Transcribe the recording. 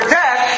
death